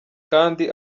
kandi